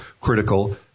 critical